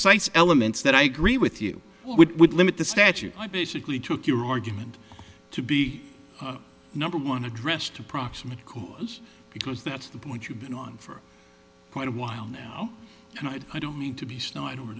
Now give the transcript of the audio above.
precise elements that i agree with you would would limit the statute i basically took your argument to be number one addressed to proximate cause because that's the point you've been on for quite a while now and i don't need to be snide over